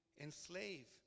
enslave